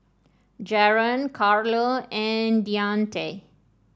Jaron Carlo and Deante